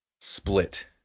split